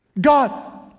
God